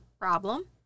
problem